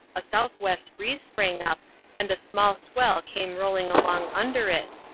a south-west breeze sprang up and a small swe ll came rolling along under it,